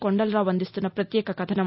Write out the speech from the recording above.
కొండలరావు అందిస్తున్న పత్యేక కథనం